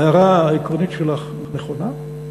ההערה העקרונית שלך נכונה.